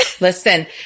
listen